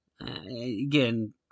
Again